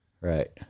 right